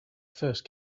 first